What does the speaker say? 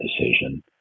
decision